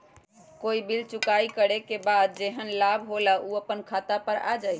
कोई बिल चुकाई करे के बाद जेहन लाभ होल उ अपने खाता पर आ जाई?